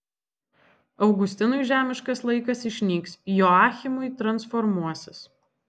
augustinui žemiškas laikas išnyks joachimui transformuosis